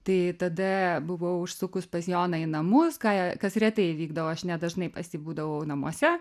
tai tada buvau užsukus pas joną į namus ką kas retai įvykdavo aš nedažnai pas jį būdavau namuose